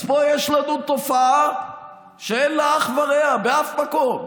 אז פה יש לנו תופעה שאין לה אח ורע באף מקום: